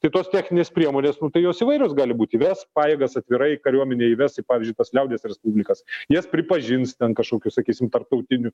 tai tos techninės priemonės nu tai jos įvairios gali būt įves pajėgas atvirai kariuomenę įves į pavyzdžiui tas liaudies respublikas jas pripažins ten kažkokiu sakysim tarptautiniu